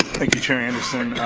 thank you chair anderson.